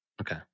Okay